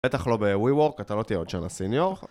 בטח לא בווי וורק, אתה לא תהיה עוד שנה סיניור